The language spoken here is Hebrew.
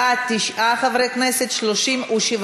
חברי הכנסת יאיר